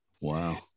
Wow